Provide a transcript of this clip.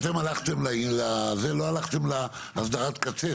לא הלכתם להסדרת קצה,